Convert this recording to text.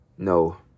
No